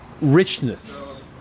richness